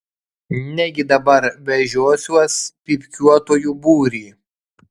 negi dabar vežiosiuos pypkiuotojų būrį